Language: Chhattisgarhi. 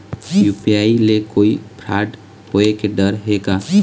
यू.पी.आई ले कोई फ्रॉड होए के डर हे का?